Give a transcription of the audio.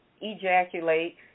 ejaculate